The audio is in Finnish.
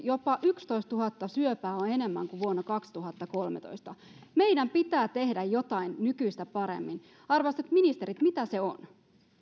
jopa yksitoistatuhatta syöpää enemmän kuin vuonna kaksituhattakolmetoista meidän pitää tehdä jotain nykyistä paremmin arvoisat ministerit mitä se on